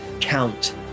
count